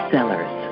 Sellers